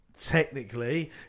technically